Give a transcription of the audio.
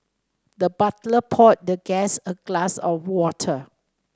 the butler poured the guest a glass of water